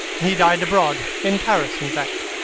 he died abroad in paris, in fact.